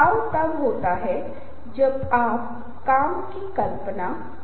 हम कहते हैं कि अगर मैं इस रवैयों को विकसित करूं कि राजनीति में शामिल होना अच्छा है